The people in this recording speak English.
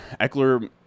Eckler